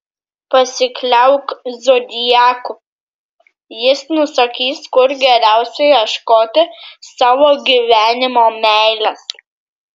pasikliauk zodiaku jis nusakys kur geriausia ieškoti savo gyvenimo meilės